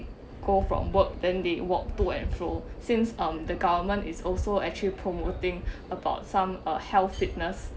go from work then they walk to and fro since um the government is also actually promoting about some uh health fitness